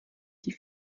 die